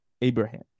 Abraham